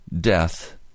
death